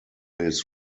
his